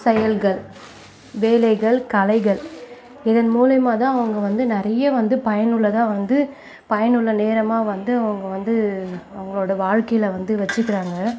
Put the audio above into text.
செயல்கள் வேலைகள் கலைகள் இதன் மூலிமாதான் அவங்க வந்து நிறைய வந்து பயனுள்ளதாக வந்து பயனுள்ள நேரமாக வந்து அவங்க வந்து அவங்களோட வாழ்க்கையில் வந்து வச்சுக்கிறாங்க